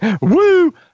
Woo